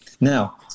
Now